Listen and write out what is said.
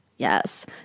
Yes